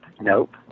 nope